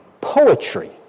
poetry